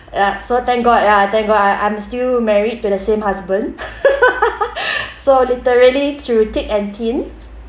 uh so thank god ya thank god I I'm still married to the same husband so literally through thick and thin